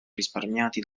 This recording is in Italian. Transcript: risparmiati